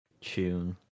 tune